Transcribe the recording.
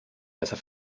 besser